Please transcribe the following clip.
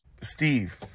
Steve